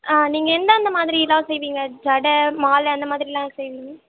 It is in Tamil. ஆ நீங்கள் எந்தெந்த மாதிரிலாம் செய்விங்க ஜடை மாலை அந்த மாதிரிலாம் செய்விங்க